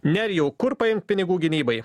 nerijau kur paimt pinigų gynybai